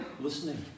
listening